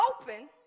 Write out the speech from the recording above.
open